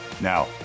Now